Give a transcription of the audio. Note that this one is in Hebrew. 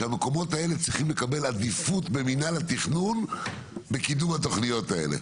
שהמקומות האלה צריכים לקבל עדיפות במנהל התכנון בקידום התוכניות האלה,